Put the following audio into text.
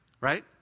right